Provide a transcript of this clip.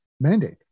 mandate